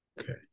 Okay